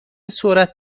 سرعت